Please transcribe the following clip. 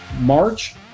March